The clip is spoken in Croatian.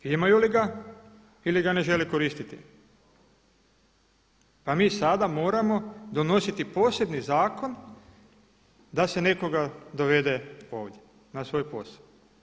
Imaju li ga ili ga ne žele koristiti pa mi sada moramo donositi posebni zakon da se nekoga dovede ovdje na svoj posao.